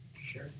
Sure